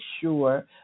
sure